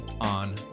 on